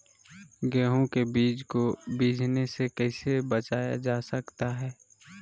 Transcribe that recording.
गेंहू के बीज को बिझने से कैसे बचाया जा सकता है?